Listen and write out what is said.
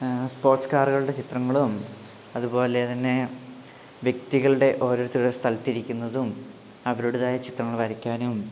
sports കാറുകളുടെ ചിത്രങ്ങളും അതുപോലെ തന്നെ വ്യക്തികളുടെ ഓരോരുത്തരുടെ സ്ഥലത്തിരിക്കുന്നതും അവരുടേതായ ചിത്രങ്ങൾ വരയ്ക്കാനും